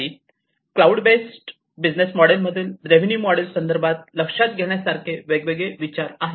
हे cloud based business model मधील revenue मॉडेलच्या संदर्भात लक्षात घेण्यासारखे वेगवेगळे विचार आहेत